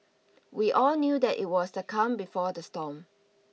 we all knew that it was the calm before the storm